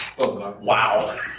Wow